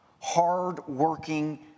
hardworking